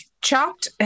chopped